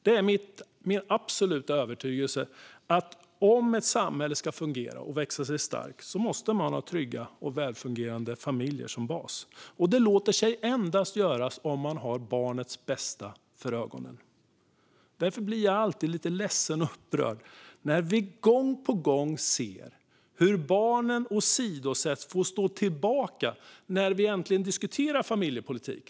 Det är min absoluta övertygelse att om ett samhälle ska fungera och växa sig starkt måste man ha trygga och välfungerande familjer som bas. Detta låter sig endast göras om man har barnets bästa för ögonen. Därför blir jag lite ledsen och upprörd när jag gång på gång ser hur barnen får stå tillbaka när vi äntligen diskuterar familjepolitik.